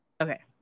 Okay